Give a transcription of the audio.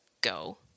go